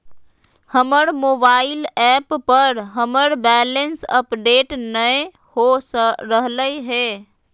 हमर mobile app पर हमर बैलेंस अपडेट नय हो रहलय हें